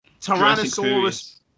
Tyrannosaurus